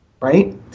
Right